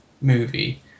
movie